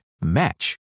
match